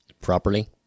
properly